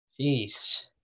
Jeez